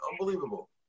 Unbelievable